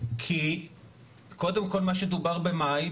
כי קודם כל מה שדובר במאי,